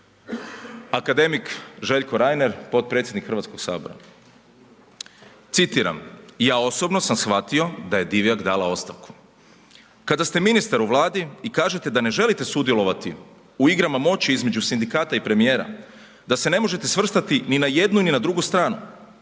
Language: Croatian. Akademik Željko Reiner, potpredsjednik Hrvatskog sabora, citiram: „Ja osobno sam shvatio da je Divjak dala ostavku. Kada ste ministar u Vladi i kažete da ne želite sudjelovati u igrama moći između sindikata i premijera, da se ne možete svrstati ni na jednu ni na drugu stranu,